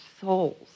souls